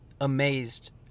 amazed